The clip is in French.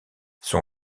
son